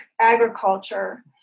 agriculture